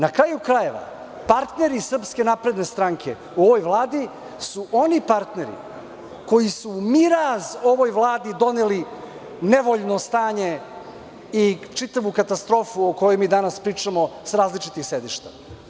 Na kraju krajeva, partner iz SNS, u ovoj vladi su oni partneri koji su u miraz ovoj Vladi doneli nevoljno stanje i čitavu katastrofu o kojoj mi danas pričamo sa različitih sedišta.